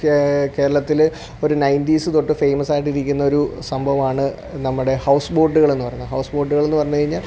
കേരളത്തിൽ ഒരു നയൻറ്റീസ് തൊട്ട് ഫേമസ് ആയിട്ടിരിക്കുന്ന ഒരു സംഭവമാണ് നമ്മുടെ ഹൗസ് ബോട്ടുകളെന്ന് പറയുന്ന ഹൗസ് ബോട്ടുകളെന്ന് പറഞ്ഞു കഴിഞ്ഞാൽ